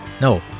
No